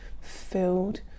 filled